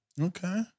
Okay